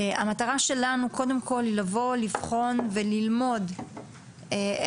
המטרה שלנו קודם כל היא לבוא לבחון וללמוד איך